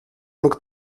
mógł